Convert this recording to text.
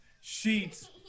sheets